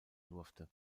durfte